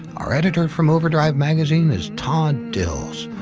our editor from overdrive magazine is todd dills.